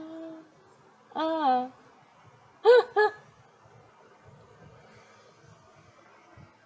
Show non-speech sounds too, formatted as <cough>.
uh <laughs>